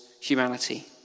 humanity